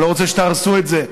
אני לא רוצה שתהרסו את זה.